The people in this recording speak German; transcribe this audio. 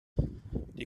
die